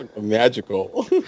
Magical